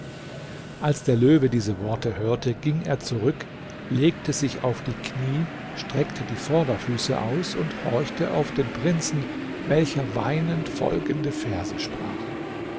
als der löwe diese worte hörte ging er zurück legte sich auf die knie streckte die vorderfüße aus und horchte auf den prinzen welcher weinend folgende verse